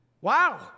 Wow